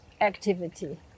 activity